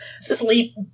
sleep